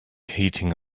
heating